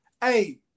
hey